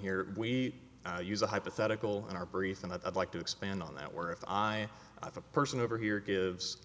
here we use a hypothetical in our briefing that i'd like to expand on that where if i if a person over here gives